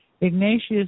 Ignatius